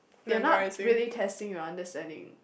they're not really testing your understanding